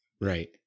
Right